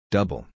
Double